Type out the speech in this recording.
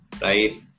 right